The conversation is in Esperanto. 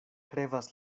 krevas